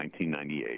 1998